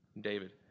David